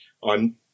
on